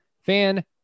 fan